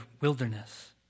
wilderness